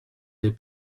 des